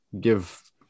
give